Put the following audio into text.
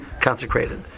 consecrated